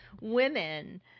women